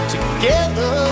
Together